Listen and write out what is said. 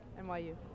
NYU